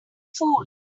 fool